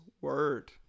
word